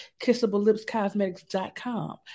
kissablelipscosmetics.com